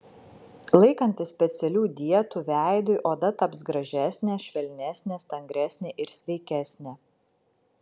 laikantis specialių dietų veidui oda taps gražesnė švelnesnė stangresnė ir sveikesnė